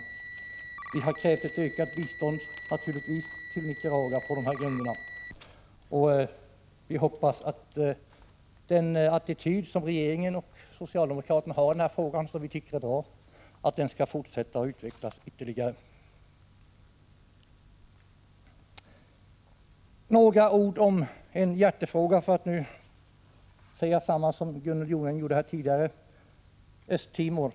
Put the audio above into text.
Vi har på de anförda grunderna naturligtvis krävt ett ökat bistånd till Nicaragua, och vi hoppas att den attityd som regeringen och socialdemokraterna i övrigt har i denna fråga och som vi tycker är bra skall utvecklas ytterligare i positiv riktning. Några ord om en hjärtefråga — för att använda samma uttryck som Gunnel Jonäng begagnade tidigare — nämligen Östra Timor.